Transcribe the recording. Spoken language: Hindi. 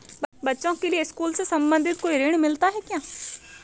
बच्चों के लिए स्कूल से संबंधित कोई ऋण मिलता है क्या?